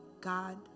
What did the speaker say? God